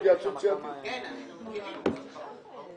את הדיון.